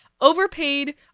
overpaid